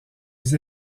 vis